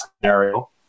scenario